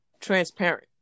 transparent